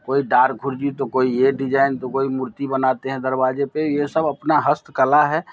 कोई डार कुरजी तो कोई ये डिजाईन तो कोई मूर्ति बनाते हैं दरवाज़े पे ये सब अपना हस्तकला है